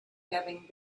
having